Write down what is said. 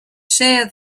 shear